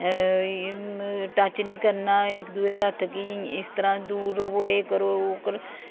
touch निं करना इक्क दूऐ दे हत्थ गी इस तरह दूर रवो एह् करो ओह् करो